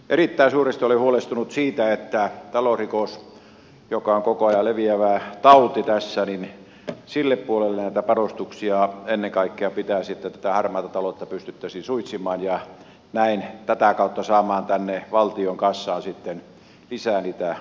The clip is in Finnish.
erittäin suuresti olen huolestunut siitä että kun talousrikos on koko ajan leviävä tauti niin sille puolelle näitä panostuksia ennen kaikkea pitäisi saada että tätä harmaata taloutta pystyttäisiin suitsimaan ja näin tätä kautta saamaan valtion kassaan lisää niitä euroja